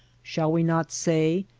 shall we not say,